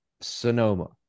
Sonoma